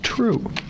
True